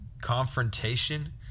confrontation